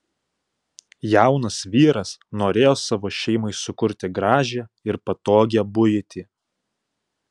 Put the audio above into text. jaunas vyras norėjo savo šeimai sukurti gražią ir patogią buitį